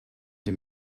him